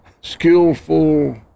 skillful